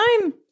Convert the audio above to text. time